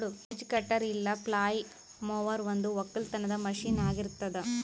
hedge cutter ಇಲ್ಲ flail mower ಒಂದು ಒಕ್ಕಲತನದ ಮಷೀನ್ ಆಗಿರತ್ತುದ್